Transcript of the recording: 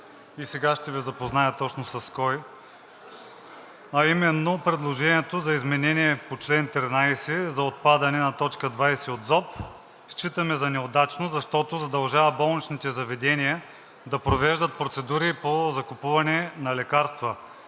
и сега ще Ви запозная точно с кой, а именно предложението за изменение по чл. 13 за отпадане на т. 20 от ЗОП считаме за неудачно, защото задължава болничните заведения да провеждат процедури по закупуване на лекарства